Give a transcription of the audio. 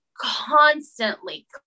constantly